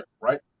right